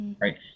right